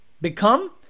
become